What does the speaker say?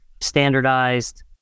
standardized